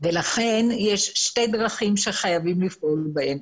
לכן יש שתי דרכים שחייבים לפעול בהן.